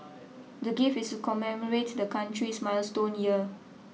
the gift is commemorate the country's milestone year